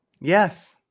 Yes